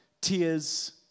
tears